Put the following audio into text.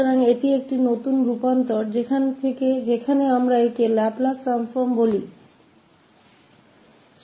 तो आज यह एक नया परिवर्तन है जहाँ हम इसे लाप्लास परिवर्तन कहते हैं